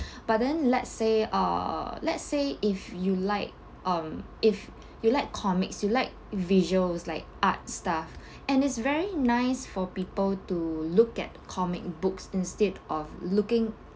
but then let's say uh let's say if you like um if you like comics you like visuals like art stuff and it's very nice for people to look at comic books instead of looking